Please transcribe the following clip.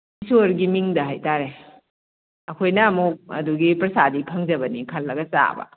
ꯏꯁꯣꯔꯒꯤ ꯃꯤꯡꯗ ꯍꯥꯏꯇꯥꯔꯦ ꯑꯩꯈꯣꯏꯅ ꯑꯃꯨꯛ ꯑꯗꯨꯒꯤ ꯄ꯭ꯔꯁꯥꯗꯤ ꯐꯪꯖꯕꯅꯤ ꯈꯜꯂꯒ ꯆꯥꯕ